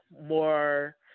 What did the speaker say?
more